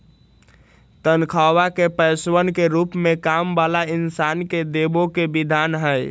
तन्ख्वाह के पैसवन के रूप में काम वाला इन्सान के देवे के विधान हई